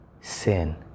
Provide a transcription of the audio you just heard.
sin